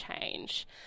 change